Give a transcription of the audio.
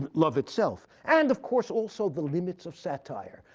but love itself. and of course, also the limits of satire.